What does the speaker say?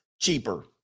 cheaper